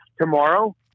tomorrow